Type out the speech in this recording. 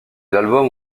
l’album